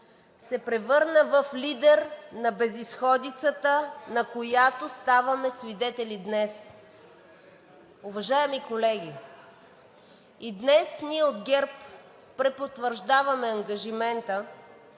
се превърна в лидер на безизходицата, на която ставаме свидетели днес. Уважаеми колеги, и днес ние от ГЕРБ препотвърждаваме ангажимента